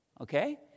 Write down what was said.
okay